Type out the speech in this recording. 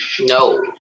No